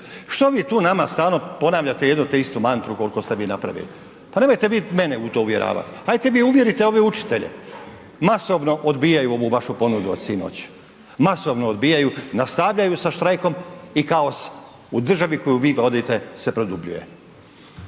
Što vi tu nama stalno ponavljate jednu te istu mantru koliko ste vi napravili, pa nemojte vi mene u to uvjeravat, hajte vi uvjerite ove učitelje, masovno odbijaju ovu vašu ponudu od sinoć, masovno odbijaju, nastavljaju sa štrajkom i kaos u državi koju vi vodite se produbljuje.